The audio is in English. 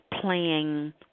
playing